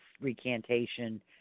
recantation